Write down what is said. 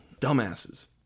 dumbasses